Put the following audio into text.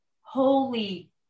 holy